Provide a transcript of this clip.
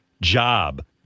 job